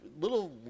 little